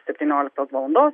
septynioliktos valandos